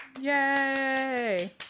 yay